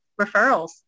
referrals